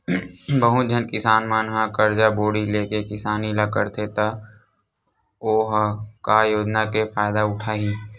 बहुत झन किसान मन ह करजा बोड़ी लेके किसानी ल करथे त ओ ह का योजना के फायदा उठाही